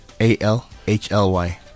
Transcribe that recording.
A-L-H-L-Y